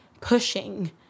pushing